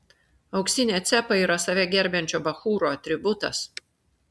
auksinė cepa yra save gerbiančio bachūro atributas